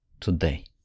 today